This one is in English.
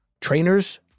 trainers